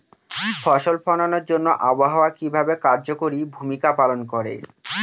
ফসল ফলানোর জন্য আবহাওয়া কিভাবে কার্যকরী ভূমিকা পালন করে?